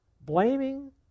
blaming